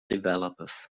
developers